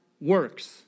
works